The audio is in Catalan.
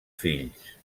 fills